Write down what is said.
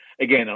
Again